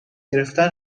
گرفتن